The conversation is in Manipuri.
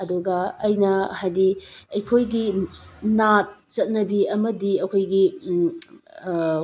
ꯑꯗꯨꯒ ꯑꯩꯅ ꯍꯥꯏꯗꯤ ꯑꯩꯈꯣꯏꯒꯤ ꯅꯥꯠ ꯆꯠꯅꯕꯤ ꯑꯃꯗꯤ ꯑꯩꯈꯣꯏꯒꯤ